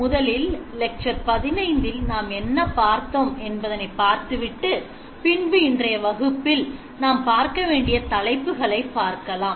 முதலில் லெக்சர் பதினைந்தில் நாம் என்ன பார்த்தோம் என்பதனை பார்த்துவிட்டு பின்பு இன்றையவகுப்பில் நாம் பார்க்கவேண்டிய தலைப்புகளை பார்க்கலாம்